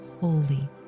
holy